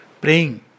Praying